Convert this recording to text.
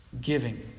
giving